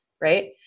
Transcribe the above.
right